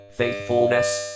faithfulness